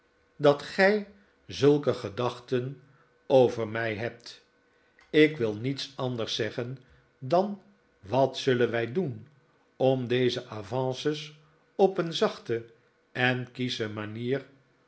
dat gij zulke gedachten over mij hebt ik wil niets anders zeggen dan wat zullen wij doen om deze avances op een zachte en kiesche manier